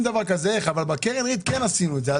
דבר כזה אבל בקרן ריט כן עשינו את זה.